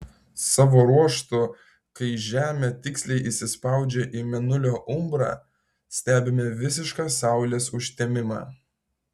savo ruožtu kai žemė tiksliai įsispraudžia į mėnulio umbrą stebime visišką saulės užtemimą